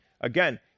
again